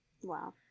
Wow